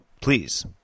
Please